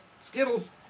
Skittles